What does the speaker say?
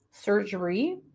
surgery